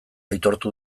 aitortu